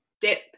dip